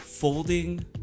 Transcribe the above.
Folding